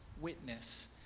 witness